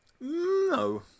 No